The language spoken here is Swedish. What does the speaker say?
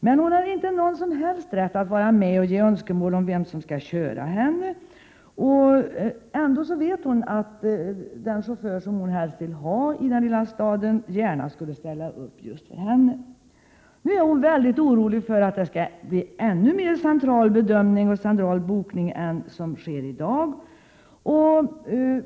Hon har emellertid inte någon som helst rätt att få vara med vid handläggningen och ge uttryck för önskemål om vem som skall köra bilen. Hon vet att den chaufför som hon helst vill ha i den lilla staden gärna skulle ställa upp just för henne. Nu är hon mycket orolig över att det skall bli en ännu mycket mer central bedömning och central bokning än den som sker i dag.